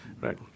right